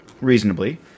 reasonably